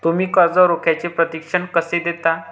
तुम्ही कर्ज रोख्याचे प्रशिक्षण कसे देता?